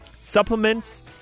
Supplements